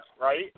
right